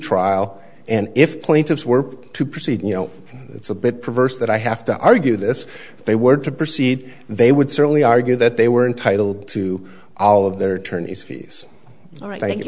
trial and if plaintiffs were to proceed you know it's a bit perverse that i have to argue this they were to proceed they would certainly argue that they were entitled to all of their attorneys fees